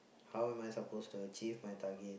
how am I supposed to achieve my target